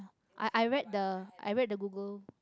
I I read the I read the Google